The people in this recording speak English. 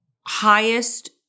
highest